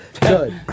Good